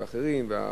ואחרים.